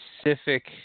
specific